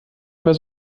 immer